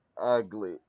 ugly